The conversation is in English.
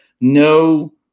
no